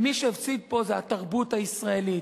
ומי שהפסיד פה זה התרבות הישראלית,